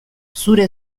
zure